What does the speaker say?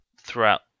throughout